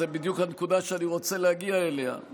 זו בדיוק הנקודה שאני רוצה להגיע אליה.